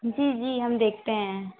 जी जी हम देखते हैं